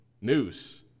noose